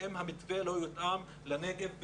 אם המתווה לא יותאם לנגב.